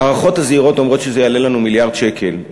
ההערכות הזהירות אומרות שזה יעלה לנו מיליארד שקל,